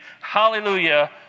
hallelujah